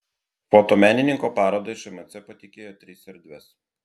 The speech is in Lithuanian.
fotomenininko parodai šmc patikėjo tris erdves